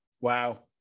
wow